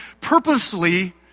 purposely